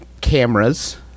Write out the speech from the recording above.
cameras